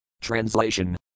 Translation